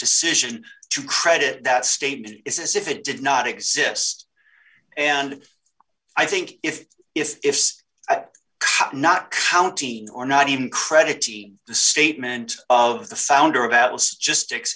decision to credit that statement is as if it did not exist and i think if if not counting or not even credit the statement of the founder of atlas just